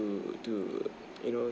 to you know